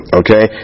okay